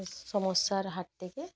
সমস্যার হাত থেকে